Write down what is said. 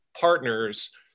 partners